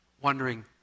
wondering